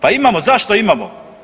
Pa imamo, zašto imamo?